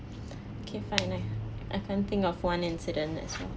okay fine I I can't think of one incident as well